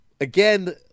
again